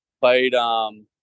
Played